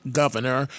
governor